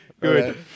good